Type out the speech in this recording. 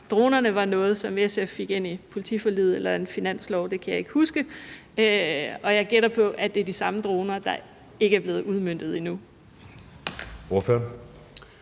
Dronerne var noget, som SF fik ind i politiforliget – eller var det en finanslov? Det kan jeg ikke huske – og jeg gætter på, at det er de samme droner, der ikke er blevet udmøntet endnu. Kl.